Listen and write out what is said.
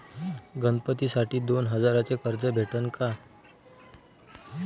गणपतीसाठी दोन हजाराचे कर्ज भेटन का?